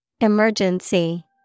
Emergency